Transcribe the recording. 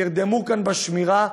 נרדמו כאן בשמירה,